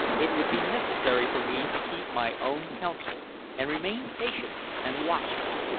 it would be necessary for me to keep my own counsel and remain patient and watchful.